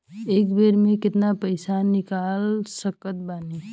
एक बेर मे केतना पैसा निकाल सकत बानी?